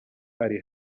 ari